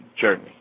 journey